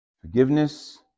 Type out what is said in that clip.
Forgiveness